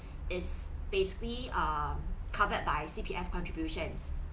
is basically um covered by C_P_F contributions